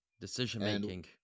Decision-making